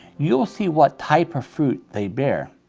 you will see what type of fruit they bear.